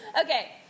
Okay